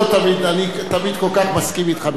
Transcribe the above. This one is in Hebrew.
אני תמיד כל כך מסכים אתך בכל העניינים,